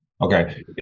Okay